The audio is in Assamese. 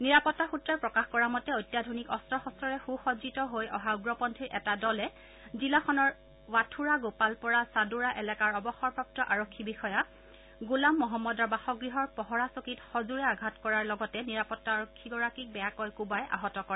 নিৰাপত্তা সূত্ৰই প্ৰকাশ কৰা মতে অত্যাধুনিক অস্ত্ৰ শস্তৰে সূ সজ্জিত হৈ অহা উগ্ৰপন্থীৰ এটা দলে জিলাখনৰ ৱাথোড়া গোপালপ'ৰা চাডোৰা এলেকাৰ অৱসৰপ্ৰাপ্ত আৰক্ষী বিষয়া গোলাম মহম্মদৰ বাসগৃহৰ পহৰা চকীত সজোৰে আঘাত কৰাৰ লগতে নিৰাপত্তাৰক্ষী গৰাকীক বেয়াকৈ কোবাই আহত কৰে